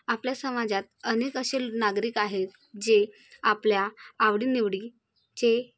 आपल्या समाजात अनेक असे नागरिक आहेत जे आपल्या आवडीनिवडीचे